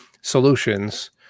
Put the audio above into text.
solutions